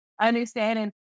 understanding